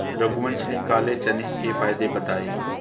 रघुवंश ने काले चने के फ़ायदे बताएँ